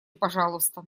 пожалуйста